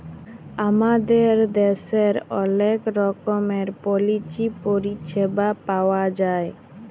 আমাদের দ্যাশের অলেক রকমের পলিচি পরিছেবা পাউয়া যায়